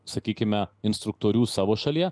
sakykime instruktorių savo šalyje